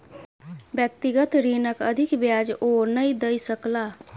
व्यक्तिगत ऋणक अधिक ब्याज ओ नै दय सकला